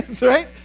right